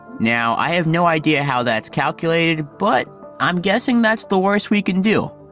now, i have no idea how that's calculated but i'm guessing that's the worst we can do.